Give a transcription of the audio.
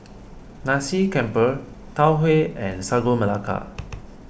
Nasi Campur Tau Huay and Sagu Melaka